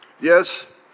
Yes